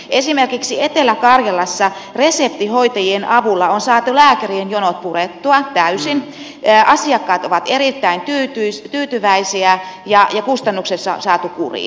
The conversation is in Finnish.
esimerkiksi etelä karjalassa reseptihoita jien avulla on saatu lääkärien jonot purettua täysin asiakkaat ovat erittäin tyytyväisiä ja kustannukset on saatu kuriin